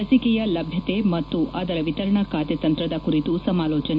ಲಸಿಕೆಯ ಲಭ್ಯತೆ ಮತ್ತು ಅದರ ವಿತರಣಾ ಕಾರ್ಯತಂತ್ರದ ಕುರಿತು ಸಮಾಲೋಚನೆ